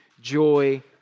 joy